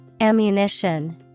Ammunition